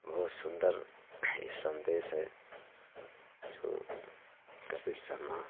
बहुत सुन्दर सन्देश है छो कपिल शर्मा